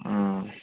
অঁ